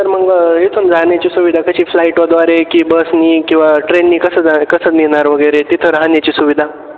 sir मग इथून जाण्याची सुविधा कशी फ्लाईटद्वारे की बसने किंवा ट्रेनने कसं जा कसं नेणार वगैरे तिथं राहण्याची सुविधा